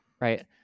right